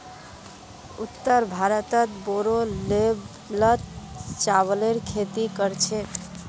उत्तर भारतत बोरो लेवलत चावलेर खेती कर छेक